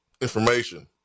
information